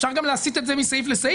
אפשר גם להסיט את זה מסעיף לסעיף.